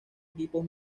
equipos